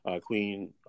Queen